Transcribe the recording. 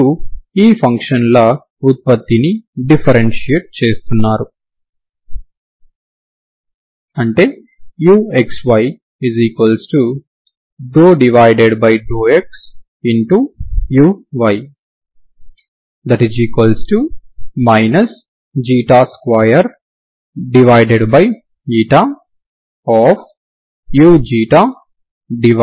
మీరు ఈ ఫంక్షన్ల ఉత్పత్తిని డిఫరెన్షియేట్ చేస్తున్నారు అంటే uxy∂xuy 2uuξξu